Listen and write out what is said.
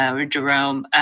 or jerome.